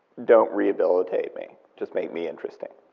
don't rehabilitate me, just make me interesting.